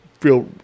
feel